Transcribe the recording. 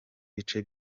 bice